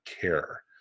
care